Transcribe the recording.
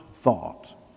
thought